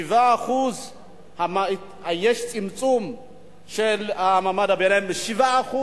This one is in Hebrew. יש צמצום של מעמד הביניים ב-7%,